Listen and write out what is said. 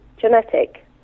genetic